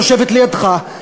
שיושבת לידך,